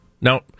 no